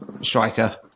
striker